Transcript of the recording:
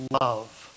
love